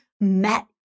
met